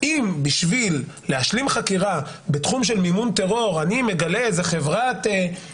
בשביל להשלים חקירה בתחום של מימון טרור אני מגלה איזו חברת-קש